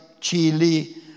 Chile